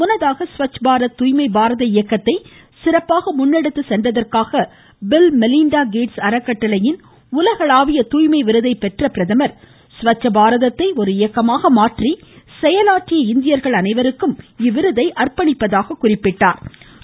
முன்னதாக ஸ்வச் பாரத் தூய்மை பாரத இயக்கத்தை சிறப்பாக முன்னெடுத்து சென்றதற்காக பில் மெலிண்டா கேட்ஸ் அறக்கட்டளையின் உலகளாவிய தூய்மை விருதை பெற்ற பிரதமர் ஸ்வச்ச பாரதத்தை ஓர் இயக்கமாக மாற்றி செயலாற்றிய இந்தியர்கள் அனைவருக்கும் இவ்விருதை அர்பணிப்பதாகக் குறிப்பிட்டார்